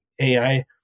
AI